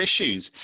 issues